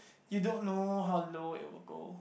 you don't know how low it will go